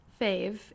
fave